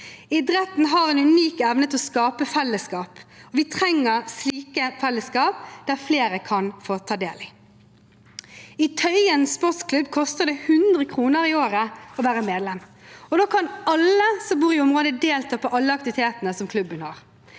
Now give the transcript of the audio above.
Idretten har en unik evne til å skape fellesskap, og vi trenger slike fellesskap der flere kan ta del. I Tøyen Sportsklubb koster det 100 kr i året å være medlem, og da kan alle som bor i området, delta på alle aktivitetene som klubben har.